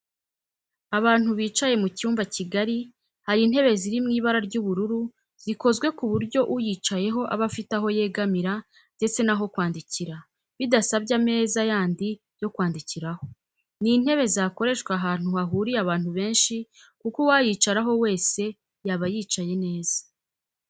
Abantu bicaye mu cyumba kigari, hari intebe ziri mu ibara ry'ubururu zikozwe ku buryo uyicayeho aba afite aho yegamira ndetse n'aho kwandikira bidasabye ameza yandi yo kwandikiraho. Ni intebe zakoreshwa ahantu hahuriye abantu benshi kuko uwayicaraho wese yaba yicaye neza.